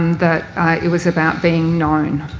that it was about being known,